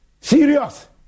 Serious